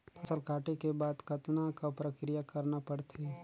फसल काटे के बाद कतना क प्रक्रिया करना पड़थे?